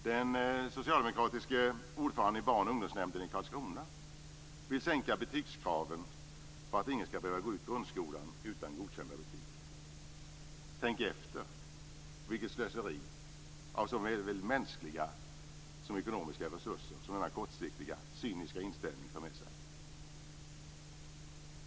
Den socialdemokratiske ordföranden i Barn och ungdomsnämnden i Karlskrona vill sänka betygskraven för att ingen skall behöva gå ut grundskolan utan godkända betyg. Tänk efter vilket slöseri med såväl mänskliga som ekonomiska resurser som denna kortsiktiga och cyniska inställning för med sig!